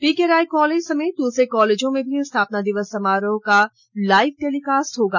पीके Rai college समेत दूसरे कॉलेजों में भी स्थापना दिवस समारोह का लाइव टेलिकास्ट होगा